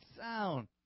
sound